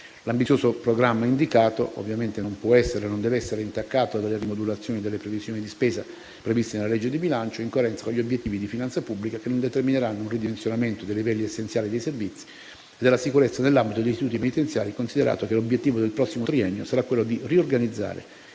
L'ambizioso programma indicato non può e non dev'essere intaccato dalle rimodulazioni delle previsioni di spesa previste nella legge di bilancio, in coerenza con gli obiettivi di finanza pubblica, che non determineranno un ridimensionamento dei livelli essenziali dei servizi e della sicurezza nell'ambito degli istituti penitenziari, considerato che obiettivo del prossimo triennio sarà quello di riorganizzare